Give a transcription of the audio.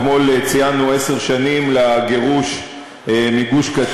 אתמול ציינו עשר שנים לגירוש מגוש-קטיף,